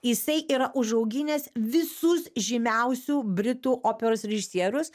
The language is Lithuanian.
jisai yra užauginęs visus žymiausių britų operos režisierius